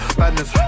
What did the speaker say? badness